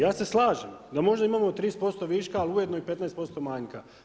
Ja se slažem da možda imamo 30% viška ali ujedno i 15% manjka.